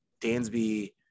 Dansby